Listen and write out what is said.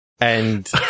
and-